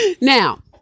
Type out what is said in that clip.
Now